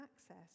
access